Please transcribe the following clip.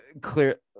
clear